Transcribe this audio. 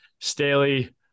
Staley